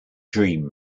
dream